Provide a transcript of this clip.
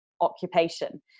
occupation